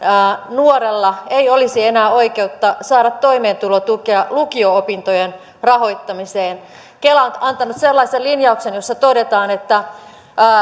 nuorella ei olisi enää oikeutta saada toimeentulotukea lukio opintojen rahoittamiseen kela on antanut sellaisen linjauksen jossa todetaan että